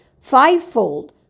fivefold